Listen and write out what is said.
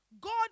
God